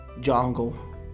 jungle